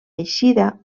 eixida